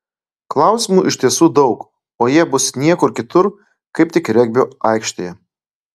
klausimų iš tiesų daug o jie bus niekur kitur kaip tik regbio aikštėje